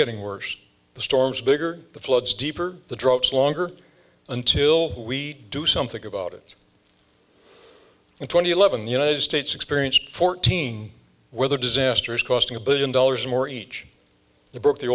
getting worse the storms bigger the floods deeper the drops longer until we do something about it in twenty eleven the united states experienced fourteen weather disasters costing a billion dollars more each they broke the